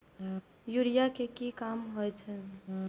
Urea के की काम होई छै?